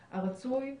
הרצוי.